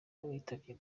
witabye